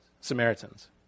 Samaritans